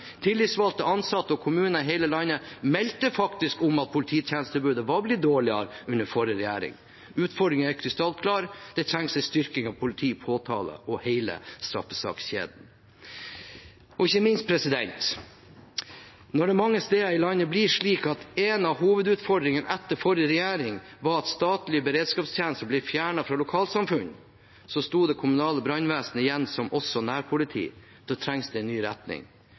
Tillitsvalgte, ansatte og kommuner i hele landet meldte faktisk om at polititjenestetilbudet var blitt dårligere under forrige regjering. Utfordringen er krystallklar: Det trengs en styrking av politi, påtalemyndighet og hele straffesakskjeden. Ikke minst: Når det mange steder i landet blir slik at en av hovedutfordringene etter forrige regjering var at statlige beredskapstjenester ble fjernet fra lokalsamfunn og det kommunale brannvesenet sto igjen som også nærpoliti, da trengs det en ny retning.